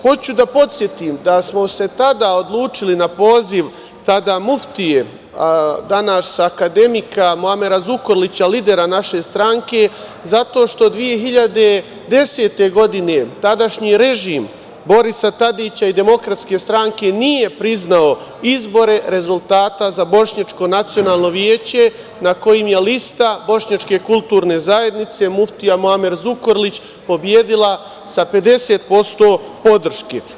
Hoću da podsetim da smo tada odlučili na poziv tada muftije, danas akademika Muamera Zukorlića, lidera naše stranke, zato što 2010. godine tadašnji režim Borisa Tadića i Demokratske stranke nije priznao izbore rezultata za Bošnjačko nacionalno veće na kojim je lista Bošnjačke kulturne zajednice – Muftija Muamer Zukorlić, pobedila sa 50% podrške.